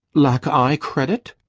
lack i credit?